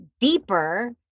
deeper